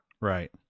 Right